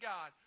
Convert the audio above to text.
God